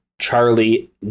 Charlie